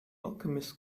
alchemist